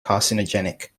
carcinogenic